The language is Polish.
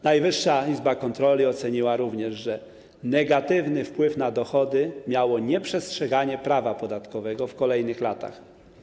Najwyższa Izba Kontroli oceniła również, że negatywny wpływ na dochody miało nieprzestrzeganie prawa podatkowego w kolejnych latach.